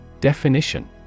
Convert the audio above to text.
Definition